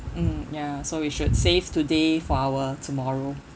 mm ya so we should save today for our tomorrow